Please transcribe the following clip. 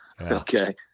Okay